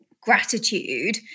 gratitude